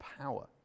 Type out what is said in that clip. power